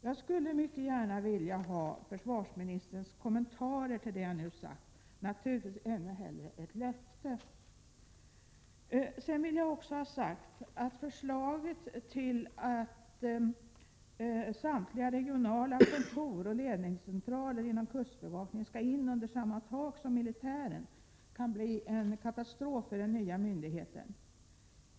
Jag skulle mycket gärna vilja ha försvarsministerns kommentarer till det som jag nu har sagt, och naturligtvis ännu hellre ett löfte. Sedan vill jag också ha sagt att förslaget om att samtliga regionala kontor och ledningscentraler inom kustbevakningen skall in under samma tak som militären kan leda till en katastrof för den nya myndigheten.